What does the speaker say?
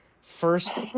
first